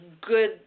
good